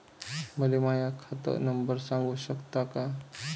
मले माह्या खात नंबर सांगु सकता का?